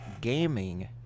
gaming